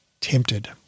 tempted